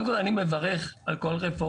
קודם כל אני מברך על כל רפורמה,